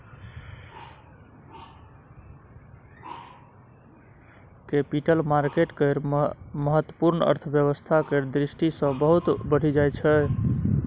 capital market केर महत्व अर्थव्यवस्था केर दृष्टि सँ बहुत बढ़ि जाइ छै